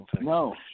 No